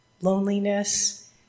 loneliness